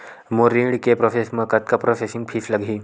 मोर ऋण के प्रोसेस म कतका प्रोसेसिंग फीस लगही?